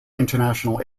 international